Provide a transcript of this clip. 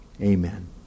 Amen